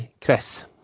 Chris